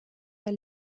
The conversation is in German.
der